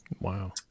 Wow